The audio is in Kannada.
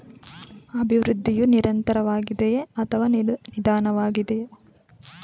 ಅಭಿವೃದ್ಧಿಯು ನಿರಂತರವಾಗಿದೆಯೇ ಅಥವಾ ನಿಧಾನವಾಗಿದೆಯೇ?